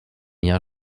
jahr